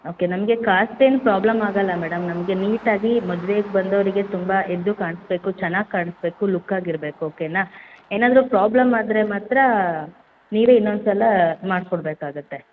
okay ನಮಗೆ cost ಏನು problem ಆಗೋಲ್ಲ ಮೇಡಮ್ ನಮಗೆ ನೀಟಾಗಿ ಮದ್ವೇಗೆ ಬಂದೋರಿಗೆ ತುಂಬ ಎದ್ದು ಕಾಣಿಸ್ಬೇಕು ಚೆನ್ನಾಗಿ ಕಾಣಿಸ್ಬೇಕು ಲುಕ್ಕಾಗಿರಬೇಕು ಓಕೆ ನಾ ಏನಾದರೂ ಪ್ರಾಬ್ಲಮ್ ಆದರೆ ಮಾತ್ರಾ ನೀವೇ ಇನ್ನೊಂದು ಸಲ ಮಾಡಿಕೊಡ್ಬೇಕಾಗತ್ತೆ